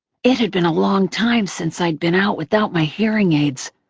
it had been a long time since i'd been out without my hearing aids,